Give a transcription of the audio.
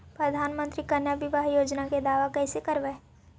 प्रधानमंत्री कन्या बिबाह योजना के दाबा कैसे करबै?